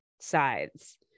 sides